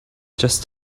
just